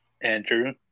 Andrew